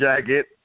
jacket